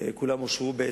בעצם כולן אושרו,